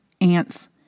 ants